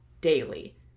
daily